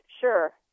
sure